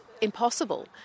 impossible